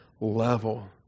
level